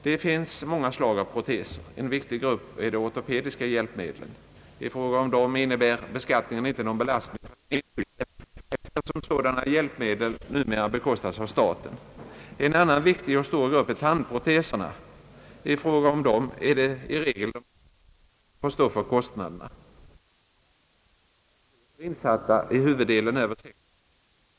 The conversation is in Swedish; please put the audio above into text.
Det finns många slag av proteser. En viktig grupp är de ortopediska hjälpmedlen. I fråga om dessa inne bär beskattningen inte någon belastning för den enskilde, eftersom sådana hjälpmedel numera bekostas av staten. En annan viktig och stor grupp är tandproteserna. I fråga om dessa är det i regel den enskilde som får stå för kostnaderna. Av dem som får tandproteser insatta är huvuddelen över 60 år. Många är människor i små omständigheter.